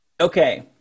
Okay